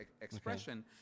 expression